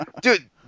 Dude